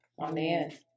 Amen